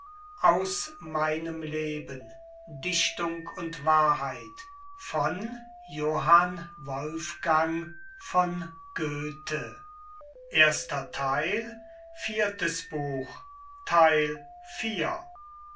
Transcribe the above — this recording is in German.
dichtung und wahrheit